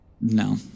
No